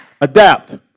Adapt